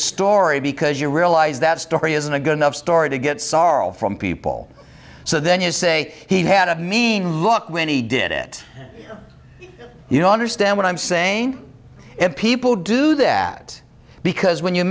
story because you realize that story isn't a good enough story to get sorrow from people so then you say he had a mean look when he did it you know understand what i'm saying if people do that because when you